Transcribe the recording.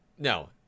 No